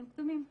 אתם כתומים.